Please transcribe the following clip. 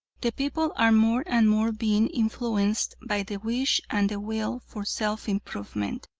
the people are more and more being influenced by the wish and the will for self-improvement.